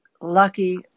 lucky